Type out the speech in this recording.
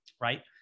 right